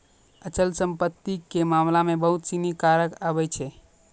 अचल संपत्ति के मामला मे बहुते सिनी कारक आबै छै